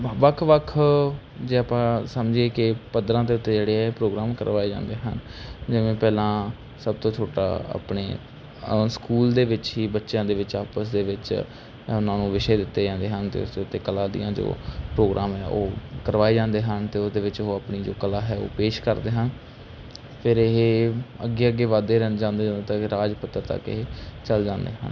ਵੱਖ ਵੱਖ ਜੇ ਆਪਾਂ ਸਮਝੀਏ ਕਿ ਪੱਧਰਾਂ ਦੇ ਉੱਤੇ ਜਿਹੜੇ ਪ੍ਰੋਗਰਾਮ ਕਰਵਾਏ ਜਾਂਦੇ ਹਨ ਜਿਵੇਂ ਪਹਿਲਾਂ ਸਭ ਤੋਂ ਛੋਟਾ ਆਪਣੇ ਆ ਸਕੂਲ ਦੇ ਵਿੱਚ ਹੀ ਬੱਚਿਆਂ ਦੇ ਵਿੱਚ ਆਪਸ ਦੇ ਵਿੱਚ ਇਹਨਾਂ ਨੂੰ ਵਿਸ਼ੇ ਦਿੱਤੇ ਜਾਂਦੇ ਹਨ ਅਤੇ ਉਸ ਉੱਤੇ ਕਲਾ ਦੀਆਂ ਜੋ ਪ੍ਰੋਗਰਾਮ ਹੈ ਉਹ ਕਰਵਾਏ ਜਾਂਦੇ ਹਨ ਅਤੇ ਉਹਦੇ ਵਿੱਚ ਉਹ ਆਪਣੀ ਜੋ ਕਲਾ ਹੈ ਉਹ ਪੇਸ਼ ਕਰਦੇ ਹਨ ਫੇਰ ਇਹ ਅੱਗੇ ਅੱਗੇ ਵੱਧਦੇ ਰਹਿ ਜਾਂਦੇ ਰਾਜ ਪੱਧਰ ਤੱਕ ਇਹ ਚੱਲ ਜਾਂਦੇ ਹਨ